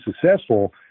successful